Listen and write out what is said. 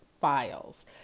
files